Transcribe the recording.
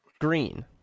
green